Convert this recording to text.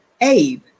Abe